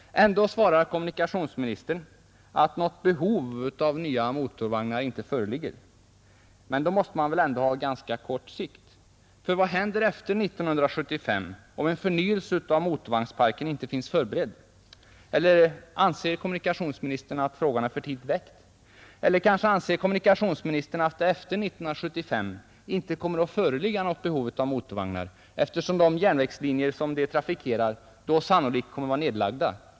Ändå svarar kommunikationsministern att något behov av nya motorvagnar inte föreligger. Men då måste man väl ändå se frågan på ganska kort sikt. För vad händer efter 1975, om en förnyelse av motorvagnsparken inte är förberedd? Eller anser kommunikationsministern att frågan är för tidigt väckt? Anser kommunikationsministern att det kanske efter 1975 inte kommer att föreligga något behov av motorvagnar, eftersom de järnvägslinjer som de trafikerar då sannolikt kommer att vara nedlagda?